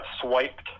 swiped